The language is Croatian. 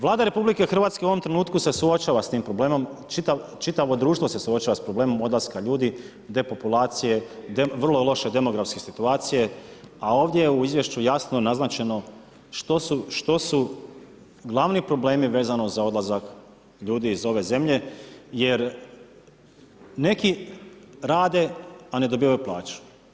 Vlada RH u ovom trenutku se suočava sa tim problemom, čitavo društvo se suočava s problemom odlaska ljudi, depopulacije, vrlo loše demografske situacije a ovdje je u izvješću jasno naznačeno što su glavni problemi vezano za odlazak ljudi iz ove zemlje jer neki rade a ne dobivaju plaću.